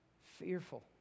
Fearful